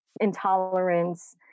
intolerance